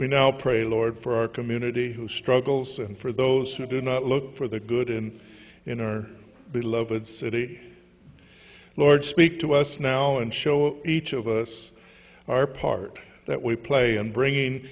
we now pray lord for our community who struggles and for those who do not look for the good and in our beloved city lord speak to us now and show each of us our part that we play and bring in